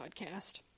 podcast